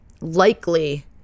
likely